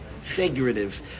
figurative